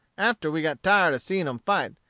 after we got tired seeing em fight,